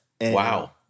Wow